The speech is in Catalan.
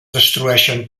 destrueixen